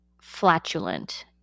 flatulent